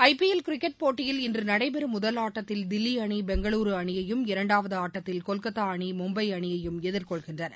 ஐ P L cricket போட்டியில் இன்று நடைபெறும் முதல் ஆட்டத்தில் தில்லி அணி பெங்களுரு அணியையும் இரண்டாவது ஆட்டத்தில் கொல்கத்தா அணி மும்பை அணியையும் எதிர்கொள்கின்றன